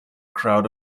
crowd